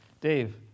Dave